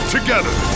Together